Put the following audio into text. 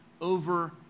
over